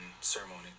ceremony